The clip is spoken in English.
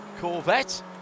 Corvette